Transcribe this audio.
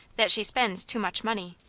that she spends too much money.